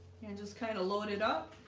and just kind of load it up,